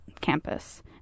campus